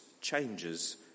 changes